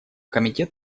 комитет